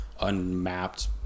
unmapped